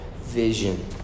vision